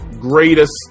greatest